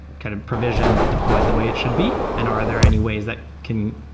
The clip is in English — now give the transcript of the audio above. kind of provisioned, deployed the way it should be, and are there any ways that can